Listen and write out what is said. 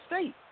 state